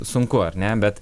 sunku ar ne bet